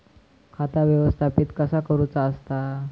खाता व्यवस्थापित कसा करुचा असता?